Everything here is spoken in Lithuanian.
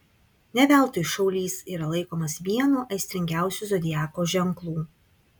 ne veltui šaulys yra laikomas vienu aistringiausių zodiako ženklų